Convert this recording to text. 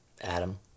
Adam